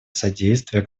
содействие